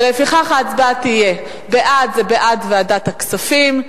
ולפיכך, ההצבעה תהיה: בעד ובעד הצעת ועדת הכספים.